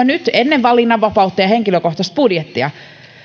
nyt ennen valinnanvapautta ja henkilökohtaista budjettia